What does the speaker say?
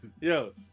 Yo